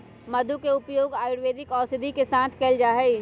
मधु के उपयोग आयुर्वेदिक औषधि के साथ कइल जाहई